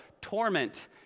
torment